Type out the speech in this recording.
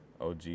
OG